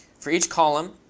for each column